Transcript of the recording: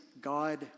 god